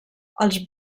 els